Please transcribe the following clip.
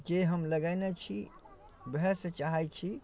जे हम लगेने छी वएहसँ चाहै छी